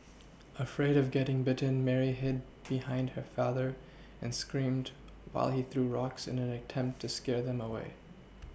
afraid of getting bitten Mary hid behind her father and screamed while he threw rocks in an attempt to scare them away